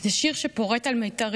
כי זה שיר שפורט על מיתרים,